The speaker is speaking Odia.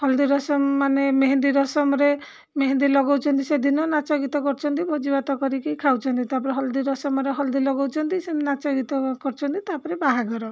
ହଲଦି ରସମ ମାନେ ମେହେନ୍ଦି ରସମରେ ମେହେନ୍ଦି ଲଗାଉଛନ୍ତି ସେଦିନ ନାଚ ଗୀତ କରୁଛନ୍ତି ଭୋଜି ଭାତ କରିକି ଖାଉଛନ୍ତି ତା'ପରେ ହଲଦି ରସମରେ ହଲଦି ଲଗାଉଛନ୍ତି ସେ ନାଚ ଗୀତ କରୁଛନ୍ତି ତା'ପରେ ବାହାଘର